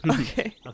Okay